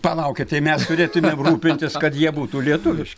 palaukit tai mes turėtumėm rūpintis kad jie būtų lietuviš